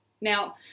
Now